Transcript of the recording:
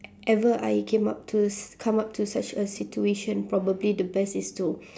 ever I came up to s~ come up to such a situation probably the best is to